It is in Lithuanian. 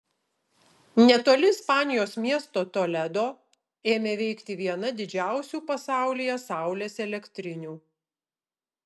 netoli ispanijos miesto toledo ėmė veikti viena didžiausių pasaulyje saulės elektrinių